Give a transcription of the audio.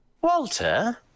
Walter